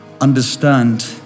understand